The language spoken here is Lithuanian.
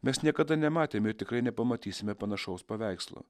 mes niekada nematėme ir tikrai nepamatysime panašaus paveikslo